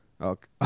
Okay